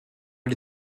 les